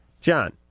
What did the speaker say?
John